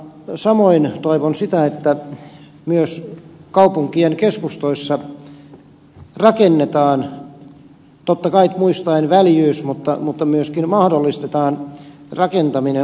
samoin toivon sitä että myös kaupunkien keskustoissa rakennetaan totta kai muistaen väljyys mutta myöskin mahdollistetaan rakentaminen